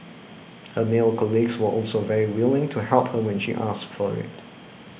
her male colleagues were also very willing to help her when she asks for it